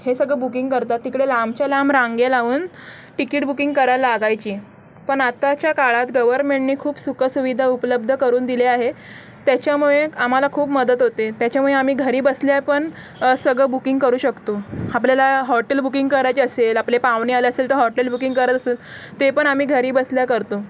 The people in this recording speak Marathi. हे सगळं बुकिंग करतात तिकडे लांबच्या लांब रांगे लावून टिकीट बुकिंग करायला लागायची पण आताच्या काळात गवर्मेंटनी खूप सुखसुविधा उपलब्ध करून दिले आहे त्याच्यामुळे आम्हाला खूप मदत होते त्याच्यामुळे आम्ही घरी बसल्या पण सगळं बुकिंग करू शकतो आपल्याला हॉटेल बुकिंग करायचे असेल आपले पाहुणे आले असेल तर हॉटेल बुकिंग करत असेल ते पण आम्ही घरी बसल्या करतो